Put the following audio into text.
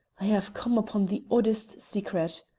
i have come upon the oddest secret.